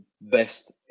best